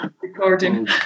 recording